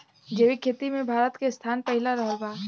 जैविक खेती मे भारत के स्थान पहिला रहल बा